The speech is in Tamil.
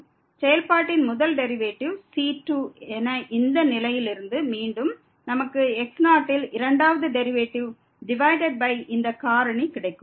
செயல்பாட்டின் முதல் டெரிவேட்டிவ் c2 என இந்த நிலையில் இருந்து மீண்டும் நமக்கு x0 ல் இரண்டாவது டெரிவேட்டிவ் டிவைடட் பை இந்த காரணி கிடைக்கும்